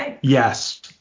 Yes